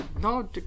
No